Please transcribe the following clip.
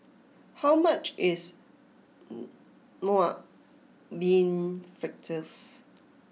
how much is Mung Bean Fritters